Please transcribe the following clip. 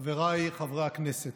חבריי חברי הכנסת,